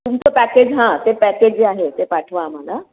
तुमचं पॅकेज हां ते पॅकेज जे आहे ते पाठवा आम्हाला